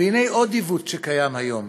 והנה עוד עיוות שקיים היום: